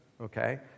okay